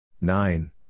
Nine